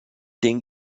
den